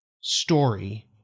story